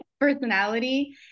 personality